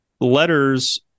letters